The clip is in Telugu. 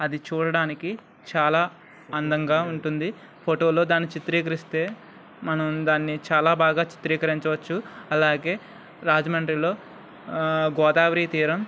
అది చూడడానికి చాలా అందంగా ఉంటుంది ఫోటోలో దాన్ని చిత్రీకరిస్తే మనం దాన్ని చాలా బాగా చిత్రీకరించవచ్చు అలాగే రాజమండ్రిలో గోదావరి తీరం